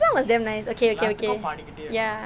that song was damn nice okay okay okay ya